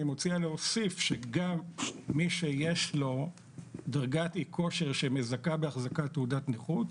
אני מציע להוסיף שגם מי שיש לו דרגת אי-כושר שמזכה בהחזקת תעודת נכות,